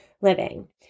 living